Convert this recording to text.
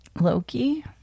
Loki